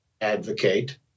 advocate